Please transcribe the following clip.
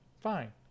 Fine